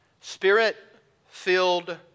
Spirit-filled